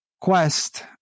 Quest